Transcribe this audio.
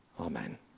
Amen